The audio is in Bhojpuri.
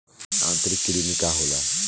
आंतरिक कृमि का होला?